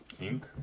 Ink